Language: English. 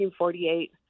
1948